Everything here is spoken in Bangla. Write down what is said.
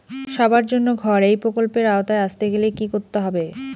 সবার জন্য ঘর এই প্রকল্পের আওতায় আসতে গেলে কি করতে হবে?